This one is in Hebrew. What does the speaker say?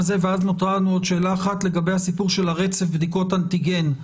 נותרה לנו עוד שאלה אחת לגבי הסיפור של בדיקות אנטיגן.